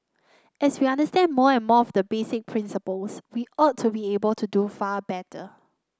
as we understand more and more of the basic principles we ought to be able to do far better